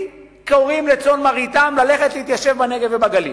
קוראים לצאן מרעיתם ללכת להתיישב בנגב ובגליל.